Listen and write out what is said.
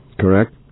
Correct